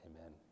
Amen